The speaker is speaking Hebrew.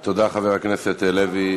תודה, חבר הכנסת לוי.